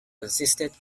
consistent